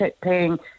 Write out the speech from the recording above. paying